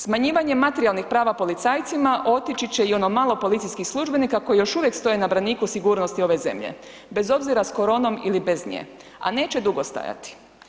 Smanjivanjem materijalnih prava policajcima otići će i ono malo policijskih službenika koji još uvijek stoje na braniku sigurnosti ove zemlje bez obzira s koronom ili bez nje a neće dugo stajati.